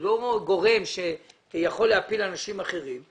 לא גורם שיכול להפיל אנשים אחרים,